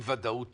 אי הוודאות